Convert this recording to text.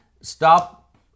stop